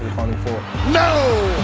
four no